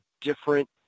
different